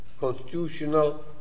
constitutional